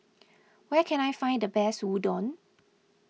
where can I find the best Udon